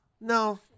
No